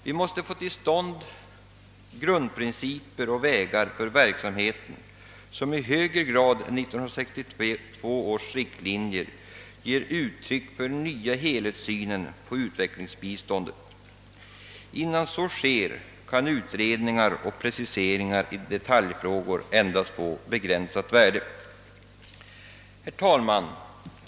Vi måste enas om grundprinciper och vägar för verksamheten, vilka i högre grad än 1962 års riktlinjer ger uttryck för den nya helhetssynen på utvecklingsbiståndet. Innan så skett kan utredningar och preciseringar i detaljfrågor endast få begränsat värde. Herr talman!